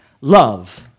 love